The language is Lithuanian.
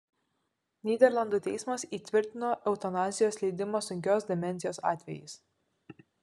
nyderlandų teismas įtvirtino eutanazijos leidimą sunkios demencijos atvejais